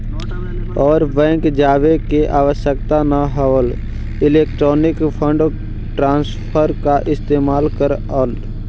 आर bank जावे के आवश्यकता न हवअ इलेक्ट्रॉनिक फंड ट्रांसफर का इस्तेमाल कर लअ